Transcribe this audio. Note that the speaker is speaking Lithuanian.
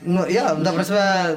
nu jo ta prasme